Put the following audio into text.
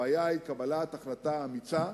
הבעיה היא קבלת החלטה אמיצה,